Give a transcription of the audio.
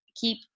keep